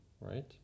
right